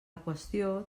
qüestió